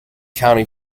country